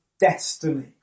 destiny